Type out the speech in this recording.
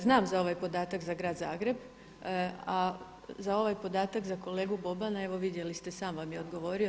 Znam za ovaj podatak za grad Zagreb, a za ovaj podatak za kolegu Bobana, evo vidjeli ste sam vam je odgovorio.